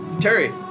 Terry